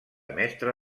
mestre